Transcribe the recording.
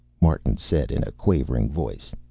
martin said in a quavering voice.